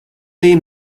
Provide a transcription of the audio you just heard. dei